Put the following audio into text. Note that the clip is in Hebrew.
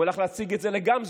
הוא הלך להציג את זה לגמזו,